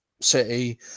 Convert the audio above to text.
City